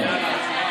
אנא.